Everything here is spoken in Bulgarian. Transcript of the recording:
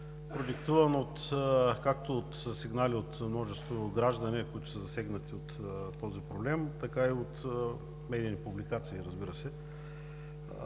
продиктуван както от сигнали на множество граждани, засегнати от този проблем, така и от медийни публикации, разбира се,